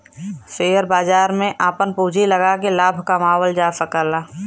share बाजार में आपन पूँजी लगाके लाभ कमावल जा सकला